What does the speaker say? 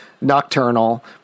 nocturnal